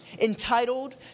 entitled